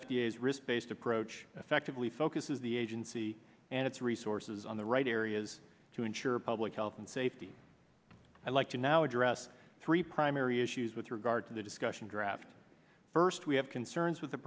is risk based approach effectively focuses the agency and its resources on the right areas to ensure public health and safety i'd like to now address three primary issues with regard to the discussion draft first we have concerns with the